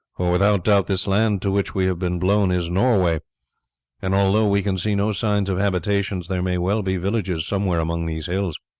without doubt this land to which we have been blown is norway and although we can see no signs of habitations there may well be villages somewhere among these hills.